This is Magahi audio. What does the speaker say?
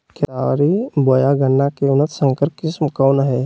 केतारी बोया गन्ना के उन्नत संकर किस्म कौन है?